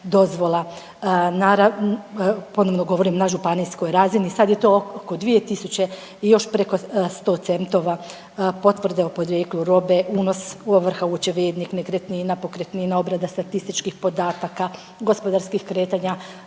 dozvola, ponovno govorim na županijskoj razini, sad je to oko 2000 i još preko 100 centova, potvrde o podrijetlu robe, unos ovrha u očevidnik, nekretnina, pokretnina, obrada statističkih podataka, gospodarskih kretanja